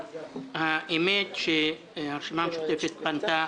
האמת היא שהרשימה המשותפת פנתה